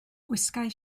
gwisgai